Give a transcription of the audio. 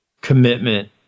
commitment